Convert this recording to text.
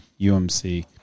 UMC